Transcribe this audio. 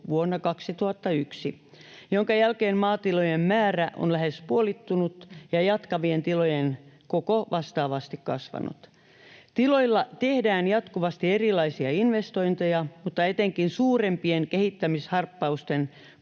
vuonna 2001, jonka jälkeen maatilojen määrä on lähes puolittunut ja jatkavien tilojen koko vastaavasti kasvanut. Tiloilla tehdään jatkuvasti erilaisia investointeja, mutta etenkin suurempien kehittämisharppausten